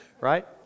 Right